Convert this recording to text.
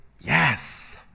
yes